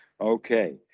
Okay